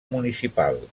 municipal